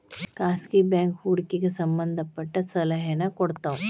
ಖಾಸಗಿ ಬ್ಯಾಂಕ್ ಹೂಡಿಕೆಗೆ ಸಂಬಂಧ ಪಟ್ಟ ಸಲಹೆನ ಕೊಡ್ತವ